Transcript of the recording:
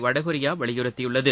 வடகொரியா வலியுறுத்தியுள்ளது